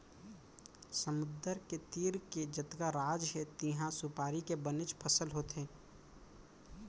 समुद्दर के तीर के जतका राज हे तिहॉं सुपारी के बनेच फसल होथे